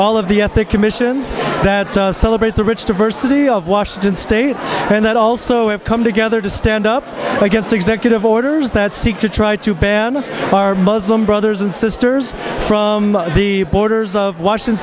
all of the at the commissions that celebrate the rich diversity of washington state and that also have come together to stand up against executive orders that seek to try to ban our muslim brothers and sisters from the borders of washington